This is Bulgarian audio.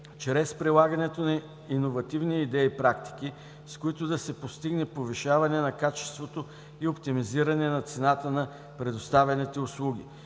чрез прилагането на иновативни идеи и практики, с които да се постигне повишаване на качеството и оптимизиране на цената на предоставяните услуги,